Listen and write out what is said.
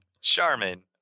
Charmin